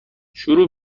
شروع